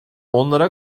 onlara